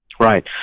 Right